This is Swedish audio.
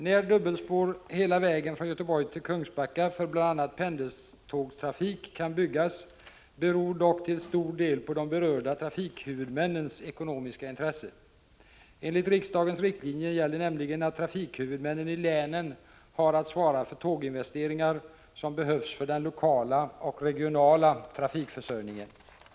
När dubbelspår hela vägen från Göteborg till Kungsbacka för bl.a. — Prot. 1985/86:39 pendeltågstrafik kan byggas beror dock till stor del på de berörda trafikhu 28 november 1985 vudmännens ekonomiska intresse. Enligt riksdagens riktlinjer gäller nämli= ZH: gen att trafikhuvudmännen i länen har att svara för tåginvesteringar som RE regler vid behövs för den lokala och regionala trafikförsörjningen. tilldelning av akjie.